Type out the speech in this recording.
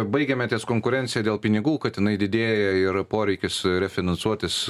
baigėme ties konkurencija dėl pinigų kad jinai didėja ir poreikis refinansuotis